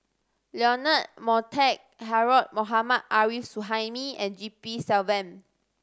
Leonard Montague Harrod Mohammad Arif Suhaimi and G P Selvam